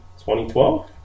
2012